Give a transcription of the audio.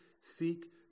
seek